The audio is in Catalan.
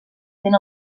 fent